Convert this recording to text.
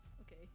Okay